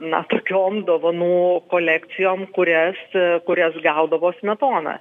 na tokiom dovanų kolekcijom kurias kurias gaudavo smetona